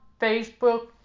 Facebook